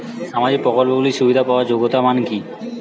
সামাজিক প্রকল্পগুলি সুবিধা পাওয়ার যোগ্যতা মান কি?